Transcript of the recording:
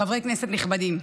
חברי כנסת נכבדים,